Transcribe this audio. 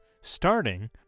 starting